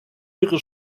ihre